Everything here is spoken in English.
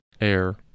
air